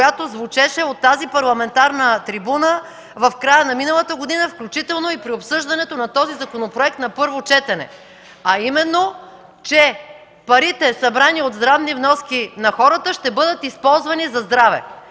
която звучеше от тази парламентарна трибуна в края на миналата година, включително и при обсъждането на този законопроект на първо четене, а именно, че парите, събрани от здравни вноски на хората, ще бъдат използвани за здраве.